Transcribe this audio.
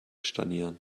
stornieren